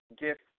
gift